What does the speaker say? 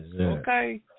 Okay